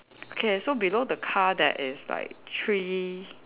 K so below the car there is like three